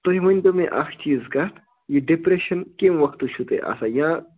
تُہۍ ؤنۍتَو مےٚ اَکھ چیٖز کَتھ یہِ ڈِپریشَن کَمہِ وقتہٕ چھُو تۄہہِ آسان یا